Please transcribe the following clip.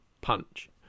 punch